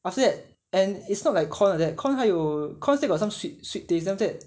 after that and it's not like corn like that corn 还有 corn still got some sweet sweet taste then after that